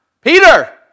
Peter